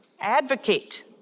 Advocate